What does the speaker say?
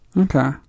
Okay